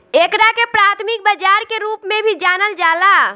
एकरा के प्राथमिक बाजार के रूप में भी जानल जाला